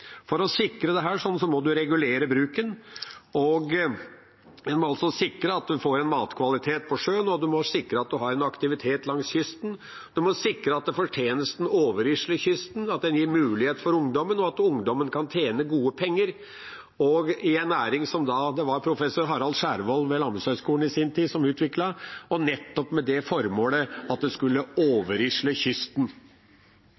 For å sikre dette må en regulere bruken, en må sikre at en får matkvalitet på sjøen, og en må sikre at en har aktivitet langs kysten. En må sikre at fortjenesten overrisler kysten, at den gir mulighet for ungdommen, og at ungdommen kan tjene gode penger i en næring som professor Harald Skjervold ved Landbrukshøgskolen i sin tid utviklet nettopp med det formålet at den skulle overrisle kysten. Det